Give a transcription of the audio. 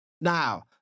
Now